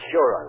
Sure